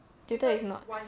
tutor is not